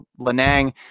Lenang